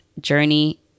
journey